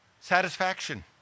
satisfaction